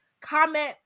comment